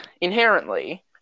inherently